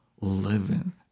living